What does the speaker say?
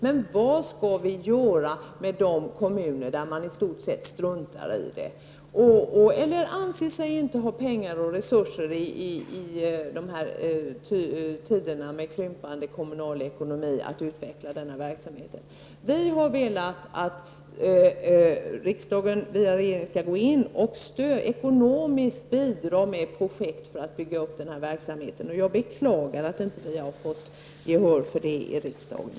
Men vad skall vi göra med de kommuner där man i stort sett struntar i detta eller anser sig inte ha pengar och resurser att utveckla denna kommunala verksamhet i dessa tider av krympande kommunala ekonomier? Vpk vill att riksdagen via regeringen går in och bidrar ekonomiskt med projekt för att bygga upp denna verksamhet. Jag beklagar att vi inte har fått gehör för detta i riksdagen.